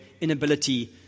inability